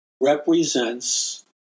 represents